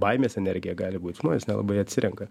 baimės energija gali būt žmonės nelabai atsirenka